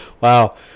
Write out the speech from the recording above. Wow